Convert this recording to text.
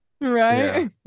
right